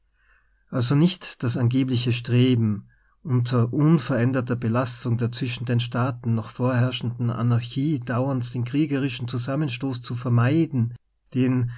also nicht das angebliche streben unter un veränderter belassung der zwischen den staaten noch vorherrschenden anarchie dauernd den kriegerischen zusammenstoß zu vermeiden den